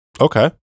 Okay